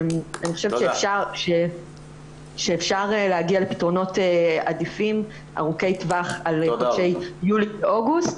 אני חושבת שאפשר להגיע לפתרונות עדיפים ארוכי טווח לחודשי יולי-אוגוסט,